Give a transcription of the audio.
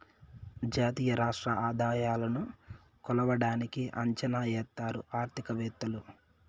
జాతీయ రాష్ట్ర ఆదాయాలను కొలవడానికి అంచనా ఎత్తారు ఆర్థికవేత్తలు